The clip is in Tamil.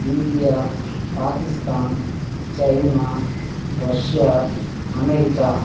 India Pakistan China Russia America